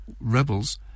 rebels